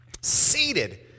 Seated